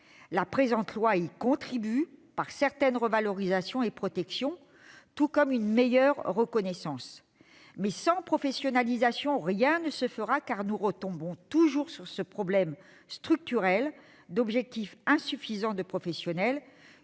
La présente loi y contribue par certaines revalorisations et certaines protections ainsi que par une meilleure reconnaissance. Toutefois, sans professionnalisation, rien ne se fera, car nous retomberons toujours sur ce problème structurel d'effectifs de professionnels